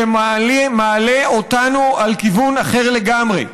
שמעלה אותנו על כיוון אחר לגמרי.